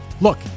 Look